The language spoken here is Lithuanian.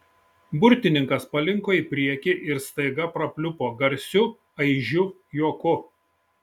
burtininkas palinko į priekį ir staiga prapliupo garsiu aidžiu juoku